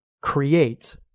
create